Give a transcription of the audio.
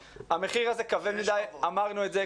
המחיר כרגע כבד מדי ואמרנו את זה,